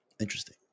interesting